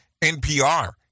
NPR